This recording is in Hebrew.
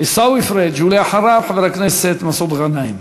עיסאווי פריג', ואחריו, חבר הכנסת מסעוד גנאים.